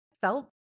felt